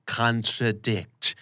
contradict